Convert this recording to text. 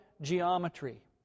geometry